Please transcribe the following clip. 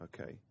okay